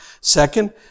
Second